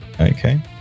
Okay